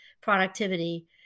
productivity